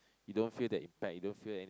you don't feel the impact you don't feel any